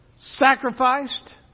Sacrificed